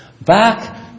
back